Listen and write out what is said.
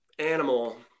animal